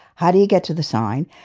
how do you get to the sign?